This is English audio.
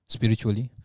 Spiritually